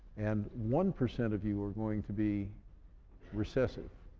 and one percent of you are going to be recessive.